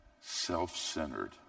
self-centered